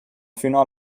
fino